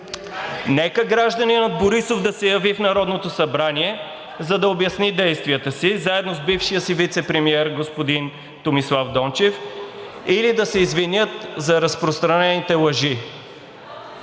Нека гражданинът Борисов да се яви в Народното събрание, за да обясни действията си, заедно с бившия си вицепремиер господин Томислав Дончев, или да се извинят за разпространените лъжи.